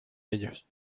ellos